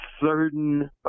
certain